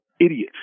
idiots